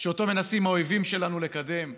שאותו מנסים האויבים שלנו לקדם.